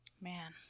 man